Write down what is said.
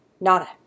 Nada